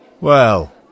Well